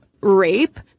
rape